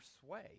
sway